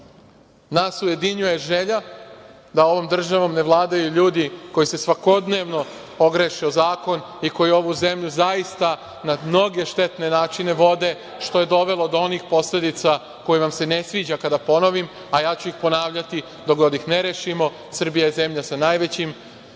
nas ujedinjuje želja da ovom državom ne vladaju ljudi koji se svakodnevno ogreše o zakon i koji ovu zemlju zaista na mnoge štetne načine vode, što je dovelo do onih posledica koje vam se ne sviđaju kada ih ponovim, a ja ću ih ponavljati dok god ih ne rešimo. Srbija je zemlja sa najvećim